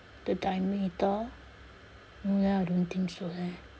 the diameter then I don't think so leh